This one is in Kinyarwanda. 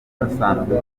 basanzwe